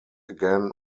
again